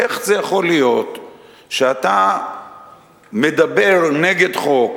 איך זה יכול להיות שאתה מדבר נגד חוק,